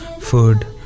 food